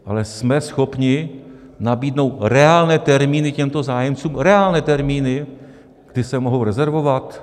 Ale jsme schopni nabídnout reálné termíny těmto zájemcům, reálné termíny, kdy se mohou rezervovat?